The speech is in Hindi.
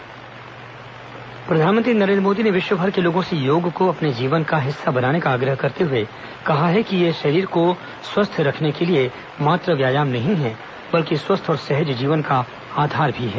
प्रधानमंत्री योग प्रधानमंत्री नरेंद्र मोदी ने विश्वभर के लोगों से योग को अपने जीवन का हिस्सा बनाने का आग्रह करते हुए कहा है कि यह शरीर को स्वस्थ रखने के लिए मात्र व्यायाम नहीं है बल्कि स्वस्थ और सहज जीवन का आधार भी है